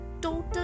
Total